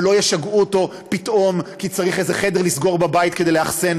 ולא ישגעו אותו פתאום כי צריך איזה חדר לסגור בבית כדי לאחסן